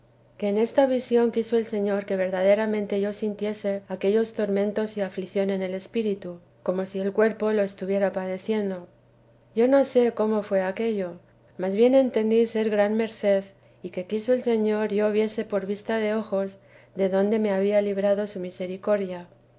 que en esta visión quiso el señor que verdaderamente yo sintiese aquellos tormentos y aflicción en el espíritu como si el cuerpo lo estuviera padeciendo yo no sé cómo ello fué mas bien entendí ser gran merced y que quiso el señor yo viese por vista de ojos de dónde me había librado su misericordia